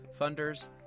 funders